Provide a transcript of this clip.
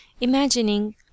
imagining